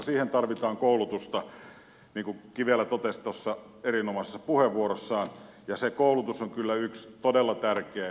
siihen tarvitaan koulutusta niin kuin kivelä totesi tuossa erinomaisessa puheenvuorossaan ja se koulutus on kyllä yksi todella tärkeä osio